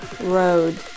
road